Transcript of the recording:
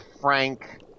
Frank